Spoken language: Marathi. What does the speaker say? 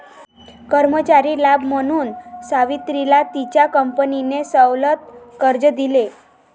कर्मचारी लाभ म्हणून सावित्रीला तिच्या कंपनीने सवलत कर्ज दिले